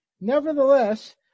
Nevertheless